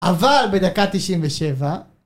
אבל בדקה 97